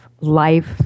life